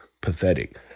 pathetic